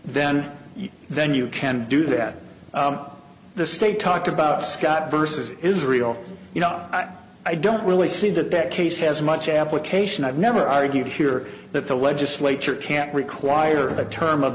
then then you can do that the state talked about scott versus israel you know i don't really see that that case has much application i've never argued here that the legislature can't require a term of